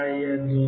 leftऔर